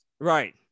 Right